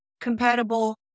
compatible